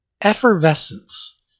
effervescence